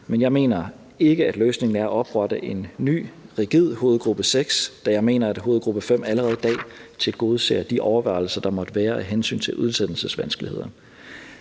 men jeg mener ikke, at løsningen er at oprette en ny rigid hovedgruppe 6, da jeg mener, at hovedgruppe 5 allerede i dag tilgodeser de overvejelser, der måtte være af hensyn til udsendelsesvanskeligheder.